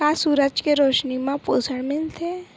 का सूरज के रोशनी म पोषण मिलथे?